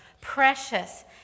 precious